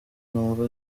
numva